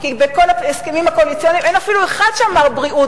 כי בכל ההסכמים הקואליציוניים אין אפילו אחד שאמר: בריאות,